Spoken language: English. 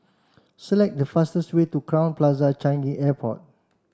select the fastest way to Crowne Plaza Changi Airport